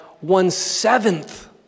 one-seventh